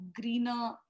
greener